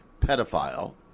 pedophile